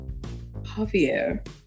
Javier